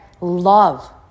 love